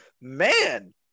man